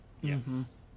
Yes